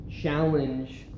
challenge